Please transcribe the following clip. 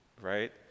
right